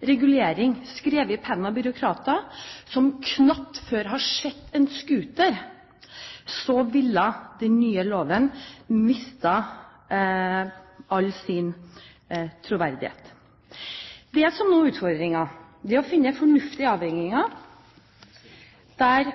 regulering var ført i pennen av byråkrater som knapt før har sett en scooter, ville den nye loven mistet all sin troverdighet. Det som nå er utfordringen, er å finne fornuftige avveininger, der